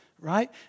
right